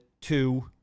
two